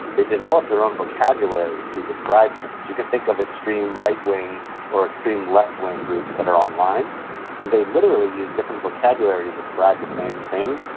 they develop their own vocabularies to describe things. you can think of extreme right-wing or extreme left-wing groups that are online and they literally use different vocabularies to describe the same thing.